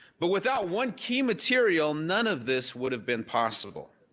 but without one key material, none of this would have been possible.